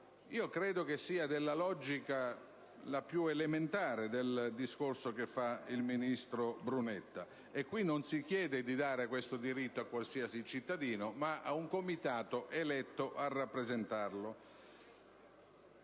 Credo sia nella logica più elementare del discorso del ministro Brunetta. In detto caso si chiede di dare questo diritto non a qualsiasi cittadino, ma ad un Comitato eletto a rappresentarlo.